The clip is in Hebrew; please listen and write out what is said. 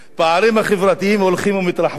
הפערים החברתיים הולכים ומתרחבים.